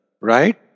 right